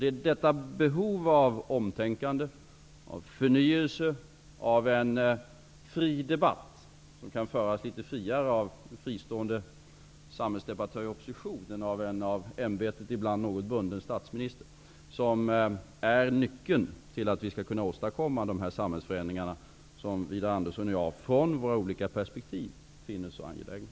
Det är detta behov av omtänkande, förnyelse och fri debatt av frstående samhällsdebattörer och opposition -- friare än vad en av ämbetet bunden statsminister kan föra -- som är nyckeln till att åstadkomma dessa samhällsförändringar, som Widar Andersson och jag från våra olika perspektiv finner så angelägna.